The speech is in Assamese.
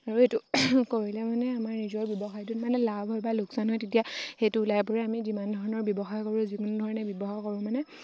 আৰু এইটো কৰিলে মানে আমাৰ নিজৰ ব্যৱসায়টোত মানে লাভ হয় বা লোকচান হয় তেতিয়া সেইটো ওলাই পৰে আমি যিমান ধৰণৰ ব্যৱসায় কৰোঁ যিকোনো ধৰণে ব্যৱসায় কৰোঁ মানে